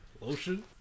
Lotion